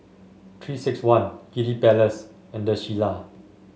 Three six one Kiddy Palace and The Shilla